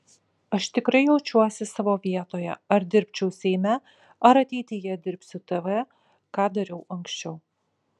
aš tikrai jaučiuosi savo vietoje ar dirbčiau seime ar ateityje dirbsiu tv ką dariau anksčiau